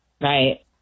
right